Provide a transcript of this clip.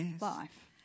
life